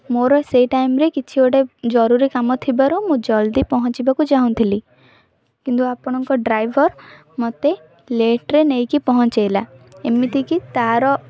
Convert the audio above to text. ମୋର ସେଇ ଟାଇମ୍ରେ କିଛି ଗୋଟେ ଜରୁରୀ କାମ ଥିବାରୁ ମୁଁ ଜଲ୍ଦି ପହଞ୍ଚିବାକୁ ଚାହୁଁଥିଲି କିନ୍ତୁ ଆପଣଙ୍କ ଡ୍ରାଇଭର ମୋତେ ଲେଟ୍ରେ ନେଇକି ପହଞ୍ଚାଇଲା ଏମିତିକି ତା'ର